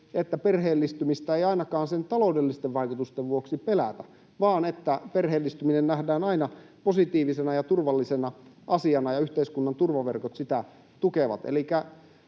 että perheellistymistä ei ainakaan sen taloudellisten vaikutusten vuoksi pelätä, vaan että perheellistyminen nähdään aina positiivisena ja turvallisena asiana ja yhteiskunnan turvaverkot sitä tukevat.